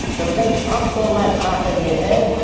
so they pump all that crap in your head,